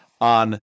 on